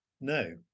No